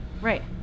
Right